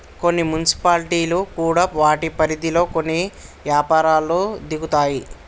కొన్ని మున్సిపాలిటీలు కూడా వాటి పరిధిలో కొన్ని యపారాల్లో దిగుతాయి